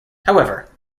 however